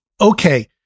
Okay